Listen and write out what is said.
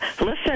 Listen